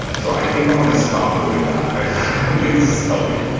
so i think i'm going to stop doing that. i don't think this is healthy.